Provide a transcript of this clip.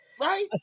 right